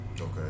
Okay